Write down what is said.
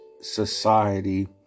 society